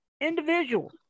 individual